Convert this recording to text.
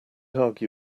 argue